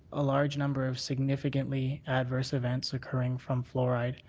a large number of significantly adverse events occurring from fluoride,